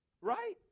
right